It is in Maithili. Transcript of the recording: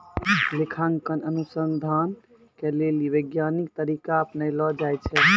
लेखांकन अनुसन्धान के लेली वैज्ञानिक तरीका अपनैलो जाय छै